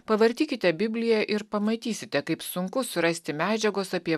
pavartykite bibliją ir pamatysite kaip sunku surasti medžiagos apie